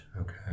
okay